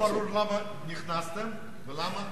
גם לא ברור למה נכנסתם ולמה יצאתם.